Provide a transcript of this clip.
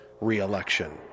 re-election